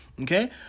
okay